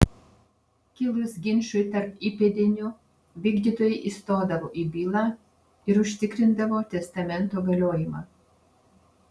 kilus ginčui tarp įpėdinių vykdytojai įstodavo į bylą ir užtikrindavo testamento galiojimą